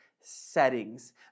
settings